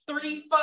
three